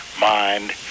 mind